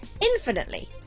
infinitely